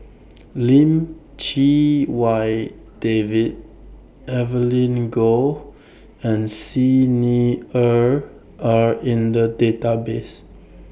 Lim Chee Wai David Evelyn Goh and Xi Ni Er Are in The Database